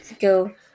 go